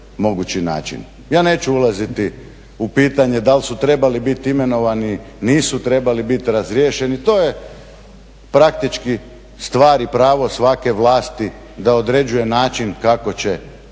Ja neću ulaziti u pitanje da li su trebali biti imenovani, nisu trebali biti razriješeni to je praktički stvar i pravo svake vlasti da određuje način kako će postavljati